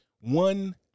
one